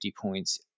points